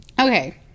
okay